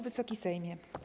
Wysoki Sejmie!